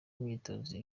imyitozo